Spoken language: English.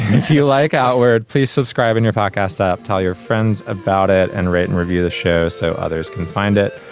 if you like out there please subscribe in your podcast app tell your friends about it and write and review the show so others can find it.